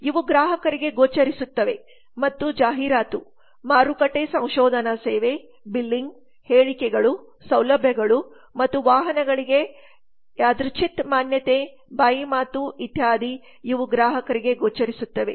ಇವು ಗ್ರಾಹಕರಿಗೆ ಗೋಚರಿಸುತ್ತವೆ ಮತ್ತು ಜಾಹೀರಾತು ಮಾರುಕಟ್ಟೆ ಸಂಶೋಧನಾ ಸೇವೆ ಬಿಲ್ಲಿಂಗ್ ಹೇಳಿಕೆಗಳು ಸೌಲಭ್ಯಗಳು ಮತ್ತು ವಾಹನಗಳಿಗೆ ಯಾದೃಚ್ ಮಾನ್ಯತೆ ಬಾಯಿ ಮಾತು ಇತ್ಯಾದಿ ಇವು ಗ್ರಾಹಕರಿಗೆ ಗೋಚರಿಸುತ್ತವೆ